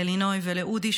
ללינוי ולאודי,